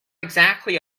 exactly